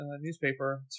newspaper